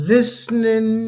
Listening